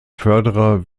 förderer